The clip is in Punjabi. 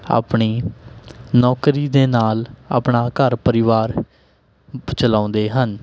ਆਪਣੀ ਨੌਕਰੀ ਦੇ ਨਾਲ ਆਪਣਾ ਘਰ ਪਰਿਵਾਰ ਚਲਾਉਂਦੇ ਹਨ